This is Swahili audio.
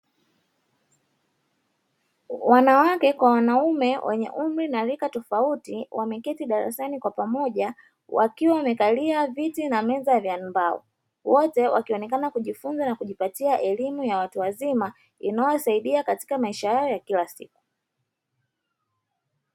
Wanawake kwa wanaume wenye umri na rika tofauti wameketi darasani kwa pamoja, wakiwa wamekalia viti na meza za mbao, wote wakionekana kujifunza na kujipatia elimu ya watu wazima inayowasaidia katika maisha yao ya kila siku.